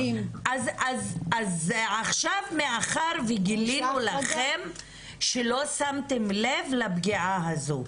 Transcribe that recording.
אז עכשיו מאחר וגילינו לכם שלא שמתם לב לפגיעה הזו,